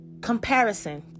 comparison